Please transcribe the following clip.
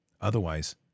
Otherwise